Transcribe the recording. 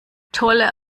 tolle